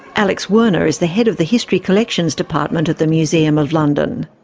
alex werner is the head of the history collections department at the museum of london.